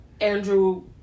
Andrew